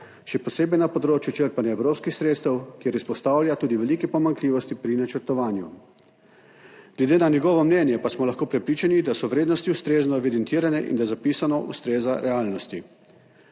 še posebej na področju črpanja evropskih sredstev, kjer izpostavlja tudi velike pomanjkljivosti pri načrtovanju. Glede na njegovo mnenje pa smo lahko prepričani, da so vrednosti ustrezno evidentirane in da zapisano ustreza realnosti.